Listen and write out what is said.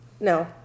no